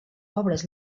obres